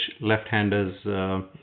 left-handers